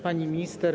Pani Minister!